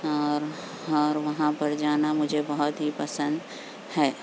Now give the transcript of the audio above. اور اور وہاں پر جانا مجھے بہت ہی پسند ہے